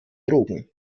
drogen